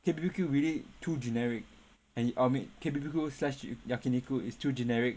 K_B_B_Q really too generic and I mean K_B_B_Q slash yakiniku is too generic